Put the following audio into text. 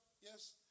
Yes